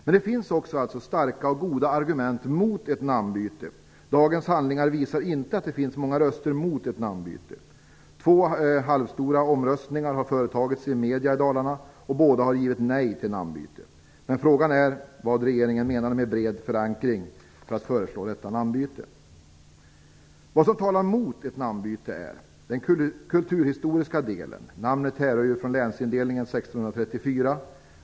Men det finns också starka och goda argument mot ett namnbyte. Dagens handlingar visar inte att det finns så många röster mot ett namnbyte. Två halvstora omröstningar har företagits av medierna i Dalarna, och båda har givit ett nej till namnbyte. Men frågan är vad regeringen menar med bred förankring för att föreslå detta namnbyte. Vad som talar mot ett namnbyte är den kulturhistoriska delen. Namnet härrör ju från länsindelningen år 1634.